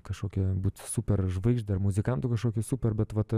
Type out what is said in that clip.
kažkokia būt superžvaigžde ar muzikantu kažkokiu super bet vat